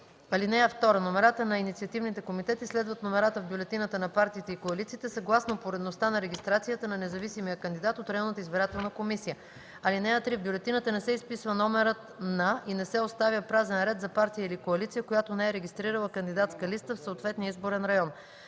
ал. 2. (2) Номерата на инициативните комитети следват номерата в бюлетината на партиите и коалициите съгласно поредността на регистрацията на независимия кандидат от районната избирателна комисия. (3) В бюлетината не се изписва номерът на и не се оставя празен ред за партия или коалиция, която не е регистрирала кандидатска листа в съответния изборен район.